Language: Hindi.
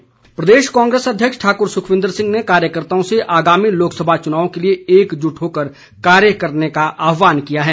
सुक्खू प्रदेश कांग्रेस अध्यक्ष ठाकुर सुखविन्दर सिंह ने कार्यकर्ताओं से आगामी लोकसभा चुनाव के लिए एकजुट होकर कार्य करने का आहवान किया है